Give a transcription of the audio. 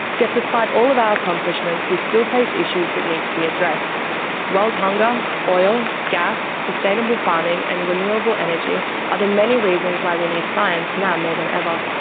yet despite all of our accomplishments, we still face issues that need to be addressed world hunger, oil, gas, sustainable farming and renewable energy are the many reasons why we need science now more than ever.